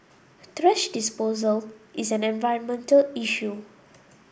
trash disposal is an environmental issue